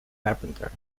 carpenter